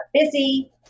busy